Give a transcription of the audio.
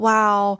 Wow